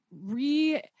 re